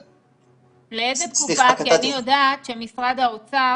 כי אני יודעת שמשרד האוצר